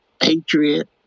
patriot